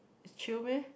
it's chill meh